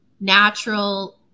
natural